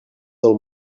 del